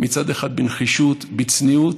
מצד אחד בנחישות ובצניעות,